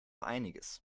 einiges